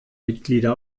mitglieder